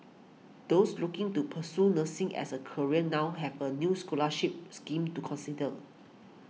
those looking to pursue nursing as a career now have a new scholarship scheme to consider